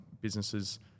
businesses